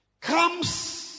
comes